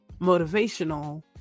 motivational